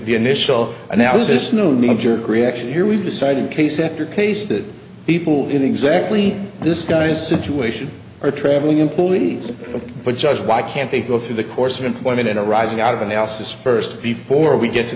the initial analysis no knee jerk reaction here we've decided case after case that people in exactly this guy's situation are traveling in police but just why can't they go through the course of employment and arising out of analysis first before we get to